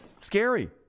scary